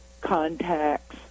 contacts